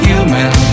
Human